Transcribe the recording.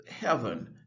heaven